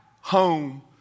home